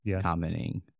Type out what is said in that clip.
commenting